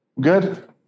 good